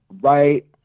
right